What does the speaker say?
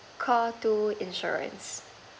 call two insurance